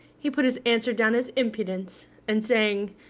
he put his answer down as impudence, and saying,